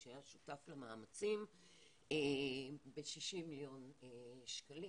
שהיה שותף למאמצים ב-60 מיליון שקלים.